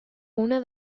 una